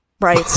Right